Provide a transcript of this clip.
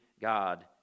God